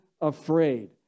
afraid